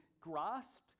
grasped